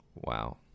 Wow